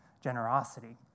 generosity